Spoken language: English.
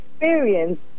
experience